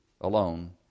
alone